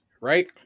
right